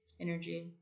energy